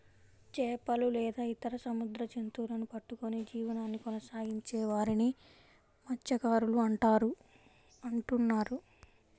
చేపలు లేదా ఇతర సముద్ర జంతువులను పట్టుకొని జీవనాన్ని కొనసాగించే వారిని మత్య్సకారులు అంటున్నారు